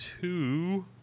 two